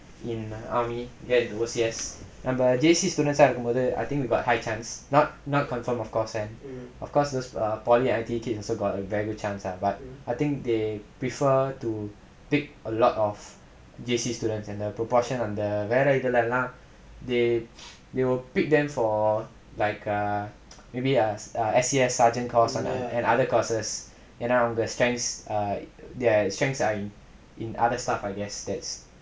in army and in O_C_S நம்ம:namma J_C students இருக்கும் போது:irukkum pothu I think we got high chance not not confirm of course and of course err those poly kids also got a very good chance lah but I think they prefer to pick a lot of J_C students and the proportion அந்த வேற இதுல எல்லாம்:antha vera ithula ellaam they they will pick them for like err maybe ask a S_A_F sergeant course and other courses ஏனா அவங்க:yaenaa avanga strengths are their strengths are in in other stuff I guess